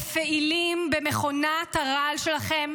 ולפני הכול תקים ועדת חקירה ממלכתית, כי אתה תקים,